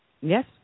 Yes